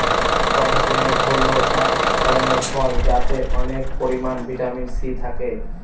tomato হল এক ধরনের ফল যাতে অনেক পরিমান ভিটামিন সি থাকে